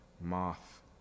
moth